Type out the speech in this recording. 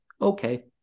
okay